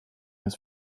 his